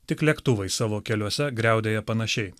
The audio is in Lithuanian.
tik lėktuvai savo keliuose griaudėja panašiai